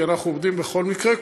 כי אנחנו עובדים בכל מקרה,